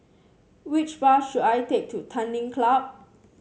which bus should I take to Tanglin Club